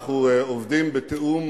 בשבועות האחרונים אנחנו עובדים בתיאום